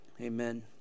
amen